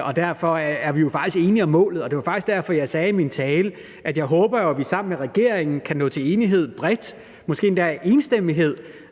og derfor er vi jo faktisk enige om målet, og det var faktisk derfor, jeg sagde i min tale, at jeg håber, at vi sammen med regeringen kan nå til enighed bredt, måske endda i enstemmighed,